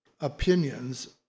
opinions